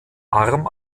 arm